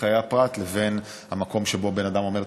בחיי הפרט לבין המקום שבו בן אדם אומר: